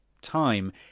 time